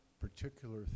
particular